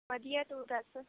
ਵਧੀਆ ਆ ਤੂੰ ਦੱਸ